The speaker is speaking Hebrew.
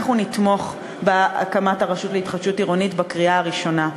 אנחנו נתמוך בהקמת הרשות להתחדשות עירונית בקריאה הראשונה.